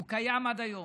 הוא קיים עד היום.